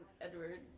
Edward